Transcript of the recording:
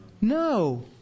No